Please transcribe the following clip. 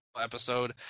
episode